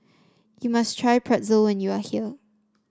you must try Pretzel when you are here